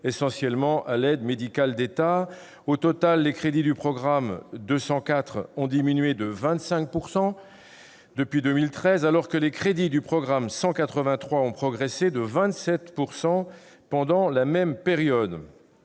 essentiellement à l'aide médicale de l'État. Au total, les crédits du programme 204 ont diminué de 25 % depuis 2013, alors que ceux du programme 183 ont progressé de 27 % sur la même période.